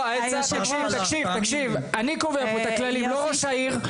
לא תקשיב אני קובע פה את הכללים לא ראש העיר,